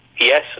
Yes